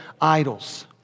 idols